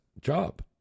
job